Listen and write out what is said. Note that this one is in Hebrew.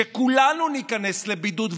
שכולנו ניכנס לבידוד,